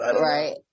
Right